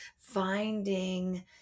finding